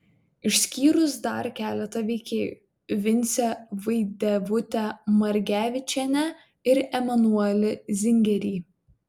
išskyrus dar keletą veikėjų vincę vaidevutę margevičienę ir emanuelį zingerį